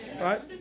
Right